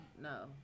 No